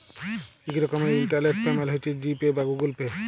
ইক রকমের internet payment হছে জি পে বা গুগল পে